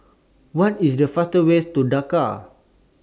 What IS The fastest Way to Dakar